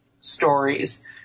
stories